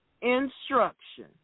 instruction